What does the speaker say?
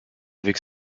avec